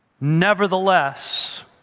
Nevertheless